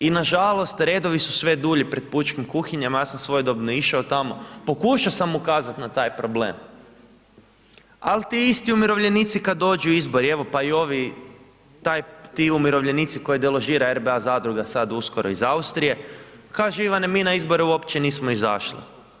I na žalost redovi su sve dulji pred pučkim kuhinjama, ja sam svojedobno išao tamo, pokušao sam ukazat na taj problem, ali ti isti umirovljenici kad dođu izbori, evo pa i ovi, ti umirovljenici koje deložira RBA zadruga sad uskoro iz Austrije, kažu Ivane mi na izbore uopće nismo izašli.